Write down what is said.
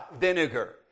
Vinegar